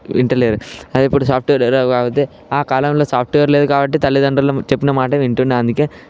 ఇంటలేరు అదే ఇప్పుడు సాఫ్ట్వేర్ ఆ కాలంలో సాఫ్ట్వేర్ లేదు కాబట్టి తల్లిదండ్రులు చెప్పిన మాట వింటున్నా అందుకే